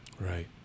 Right